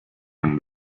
end